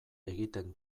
egiten